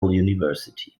university